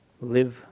live